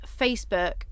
Facebook